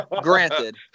granted